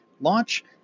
launch